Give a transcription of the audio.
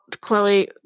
Chloe